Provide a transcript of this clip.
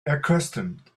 accustomed